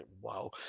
wow